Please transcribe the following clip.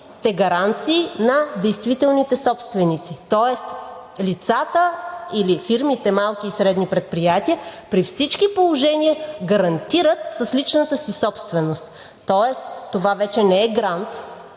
гаранции на действителните собственици, тоест лицата или фирмите малки и средни предприятия при всички положения гарантират с личната си собственост. Тоест това вече не е грант